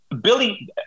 Billy